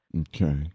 Okay